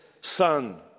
Son